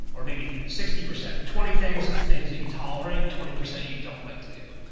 or maybe sixty percent, and twenty things of the things that you tolerate and twenty percent you don't like to do.